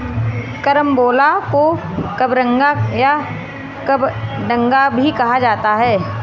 carambola को कबरंगा या कबडंगा भी कहा जाता है